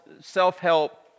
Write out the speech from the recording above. self-help